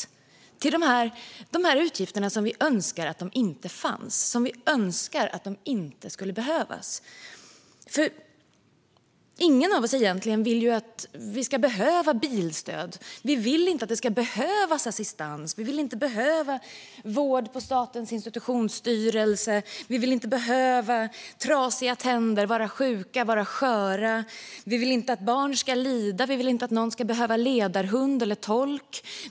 De ska gå till de utgifter som vi önskar inte fanns, som vi önskar inte skulle behövas. För ingen av oss vill egentligen att vi ska behöva bilstöd. Vi vill inte att det ska behövas assistans. Vi vill inte behöva vård på Statens institutionsstyrelse. Vi vill inte behöva ha trasiga tänder, vara sjuka och vara sköra. Vi vill inte att barn ska lida. Vi vill inte att någon ska behöva ledarhund eller tolk.